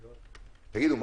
תגידו,